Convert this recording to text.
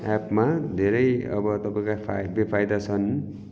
एप्पमा धेरै अब तपाईँको फाइ बेफाइदा छन्